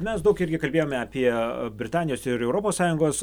mes daug irgi kalbėjome apie britanijos ir europos sąjungos